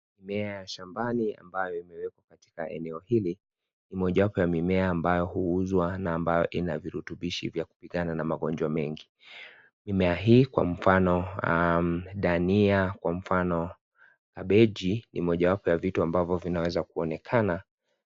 Mimea ya shambani ambayo imewekwa katika eneo hili ni mojawapo ya mimea ambayo huuzwa na ambayo ina virutubishi vya kupigana na magonjwa mengi. Mimea hii kwa mfano dania, kwa mfano kabeji ni mojawapo ya vituo ambavyo vinaweza kuonekana .